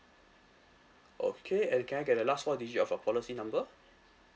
okay and can I get the last four digit of your policy number